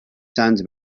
sands